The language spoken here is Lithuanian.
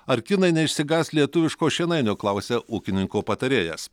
ar kinai neišsigąs lietuviško šienainio klausia ūkininko patarėjas